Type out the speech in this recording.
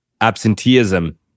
absenteeism